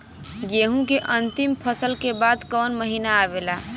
गेहूँ के अंतिम फसल के बाद कवन महीना आवेला?